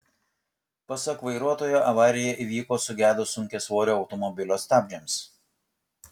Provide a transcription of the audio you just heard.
pasak vairuotojo avarija įvyko sugedus sunkiasvorio automobilio stabdžiams